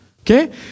Okay